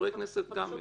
חברי כנסת גם.